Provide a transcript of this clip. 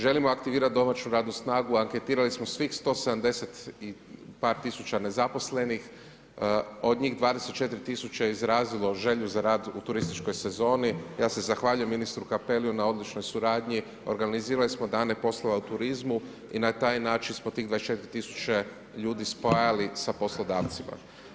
Želimo aktivirati domaću radnu snagu, anketirali smo svih 170 i par tisuća nezaposlenih, od njih 24 000 je izrazilo želju za rad u turističkoj sezoni, ja se zahvaljujem ministru Cappelliju na odličnoj suradnji, organizirali smo dane poslova u turizmu i na taj način smo tih 24 000 ljudi spajali sa poslodavcima.